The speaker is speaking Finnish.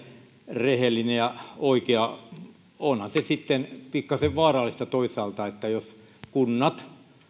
rehellinen ja oikea onhan se sitten pikkasen vaarallista toisaalta jos kunnat